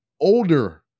older